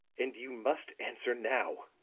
and you must answer now.